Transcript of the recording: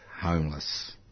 homeless